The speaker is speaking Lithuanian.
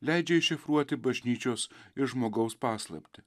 leidžia iššifruoti bažnyčios ir žmogaus paslaptį